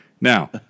Now